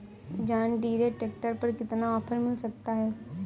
John Deere tractor पर कितना offer मिल सकता है?